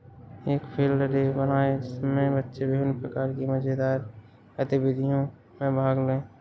एक field day बनाएं जिसमें बच्चे विभिन्न प्रकार की मजेदार गतिविधियों में भाग लें